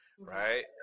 Right